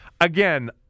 Again